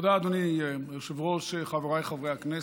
אדוני היושב-ראש, חבריי חברי הכנסת,